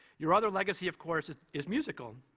your other legacy, of course, is musical,